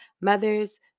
Mothers